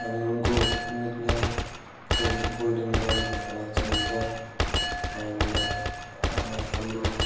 अनि उनको निकनेम चाहिँ गोल्डेन गर्ल भनेर चिनिन्छ एन्ड हाम्रो